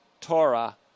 Torah